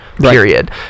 period